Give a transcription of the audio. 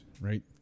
right